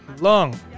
long